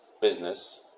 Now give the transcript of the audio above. business